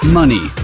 money